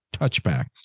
touchback